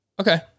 Okay